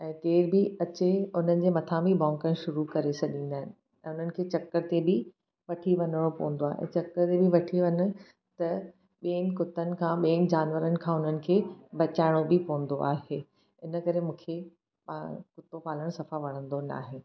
ऐं केर बि अचे उन्हनि जे मथां बि भौकणु शुरू करे छॾींदा आहिनि ऐं उन्हनि चकर ते बि वठी वञिणो पवंदो आहे ऐं चकर बि वठी वञु त ॿियनि कुतनि खां ॿियनि जानवरनि खां उन्हनि खे बचाइणो बि पवंदो आहे इन करे मूंखे कुतो पालणु सफ़ा वणंदो न आहे